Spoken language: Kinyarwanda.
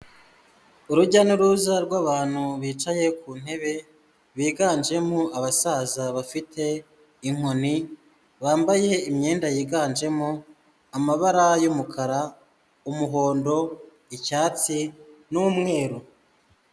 Urujya n'uruza rw'abantu bicaye ku ntebe, biganjemo abasaza bafite inkoni, bambaye imyenda yiganjemo amabara y'umukara, umuhondo, icyatsi n'umweru.